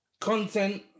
content